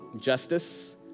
justice